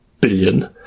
billion